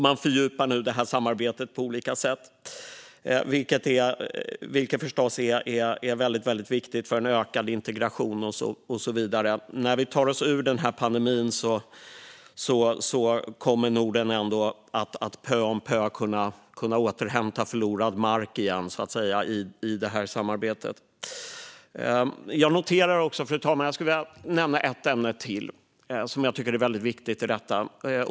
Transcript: Man fördjupar nu detta samarbete på olika sätt, vilket förstås är väldigt viktigt för en ökad integration och så vidare. När vi tar oss ur denna pandemi kommer Norden ändå att pö om pö kunna återta förlorad mark i det här samarbetet. Fru talman! Jag skulle vilja nämna ett ämne till som jag tycker är väldigt viktigt i detta.